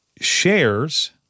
shares